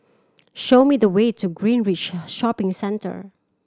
show me the way to Greenridge Shopping Centre